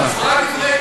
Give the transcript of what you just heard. לי רק דקה,